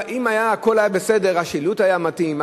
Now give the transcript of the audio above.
אם היה הכול בסדר: השילוט היה מתאים,